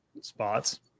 spots